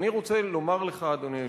אני רוצה לומר לך, אדוני היושב-ראש,